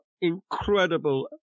incredible